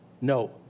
No